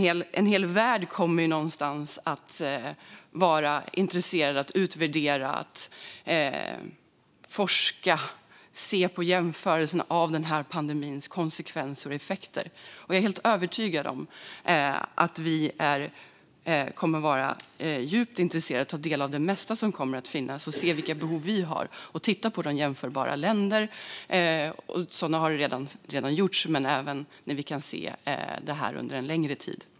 En hel värld kommer någonstans att vara intresserad av att utvärdera, forska kring och se på jämförelserna av den här pandemins konsekvenser och effekter. Jag är helt övertygad om att vi kommer att vara djupt intresserade av att ta del av det mesta som kommer att finnas, se vilka behov som finns och titta på jämförbara länder. Sådant har redan gjorts, men vi kan se på det här under en längre tid.